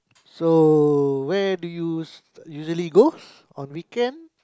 so where do you usually goes on weekend